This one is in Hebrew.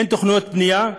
אין תוכניות בנייה,